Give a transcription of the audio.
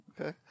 okay